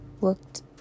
looked